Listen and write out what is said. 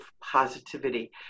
positivity